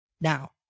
Now